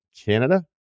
Canada